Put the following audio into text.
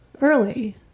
early